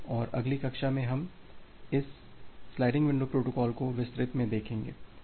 और अगली कक्षा में हम इस स्लाइडिंग विंडो प्रोटोकॉल को विस्तृत में देखते हैं